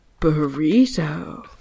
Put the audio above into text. Burrito